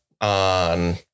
on